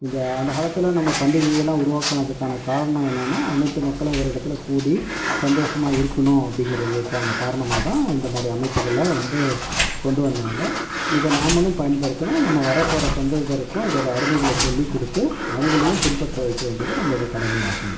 இந்த அந்த காலத்தில் நம்ம பண்டிகைகளெலாம் உருவாக்கினத்துக்கான காரணம் என்னெனா அனைத்து மக்களும் ஒரு இடத்துல கூடி சந்தோஷமா இருக்கணும் அப்படிங்கிறதுக்கான காரணமாகதான் இந்த மாதிரி அமைப்புகளை வந்து கொண்டு வந்தாங்க இதை நாமளும் பயன்படுத்துகிறோம் நம்ம வரப்போகிற சந்ததியனருக்கும் இதனுடைய அருமைகளை சொல்லி கொடுத்து அவர்களையும் பின்பற்ற வைக்க வேண்டியது நம்மளுடைய கடமையாகும்